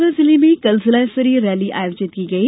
रीवा जिले में कल जिला स्तरीय रैली आयोजित की गई